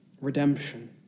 Redemption